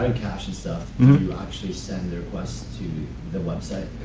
ah cash and stuff, do you actually send the request to the website?